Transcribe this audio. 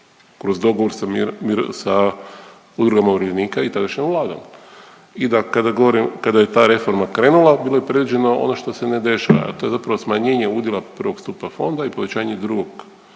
kroz dogovor sa Udrugom umirovljenika i tadašnjom Vladom. I da kada govorim, kada je ta reforma krenula bilo je predviđeno ono što se ne dešava, a to je zapravo smanjenje udjela prvog stupa fonda i povećanje drugog,